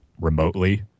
remotely